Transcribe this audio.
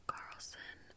Carlson